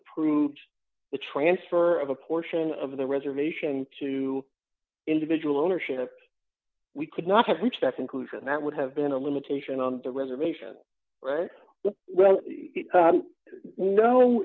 approved the transfer of a portion of the reservation to individual ownership we could not reach that conclusion that would have been a limitation on the reservation right well